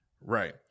right